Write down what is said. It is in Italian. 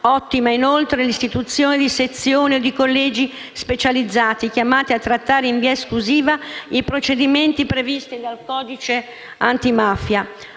Ottima, inoltre, l'istituzione di sezioni o di collegi specializzati, chiamati a trattare in via esclusiva i procedimenti previsti dal codice antimafia.